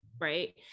right